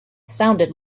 sounded